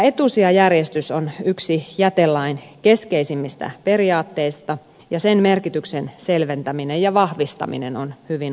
etusijajärjestys on yksi jätelain keskeisimmistä periaatteista ja sen merkityksen selventäminen ja vahvistaminen on hyvin olennaista